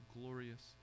glorious